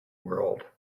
world